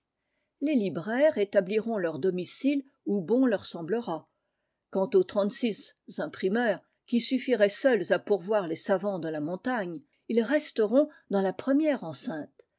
les libraires établiront leur domicile où bon leur semblera quant aux trente-six imprimeurs qui suffiraient seuls à pourvoir les savants de la montagne ils resteront dans la première enceinte